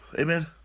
Amen